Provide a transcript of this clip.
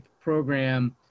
program